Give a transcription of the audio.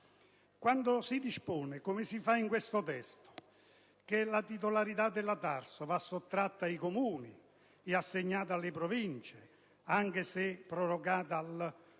Quando si dispone, come si fa in questo testo, che la titolarità della TARSU va sottratta ai Comuni e assegnata alle Province, anche se la Camera ne